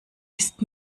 ist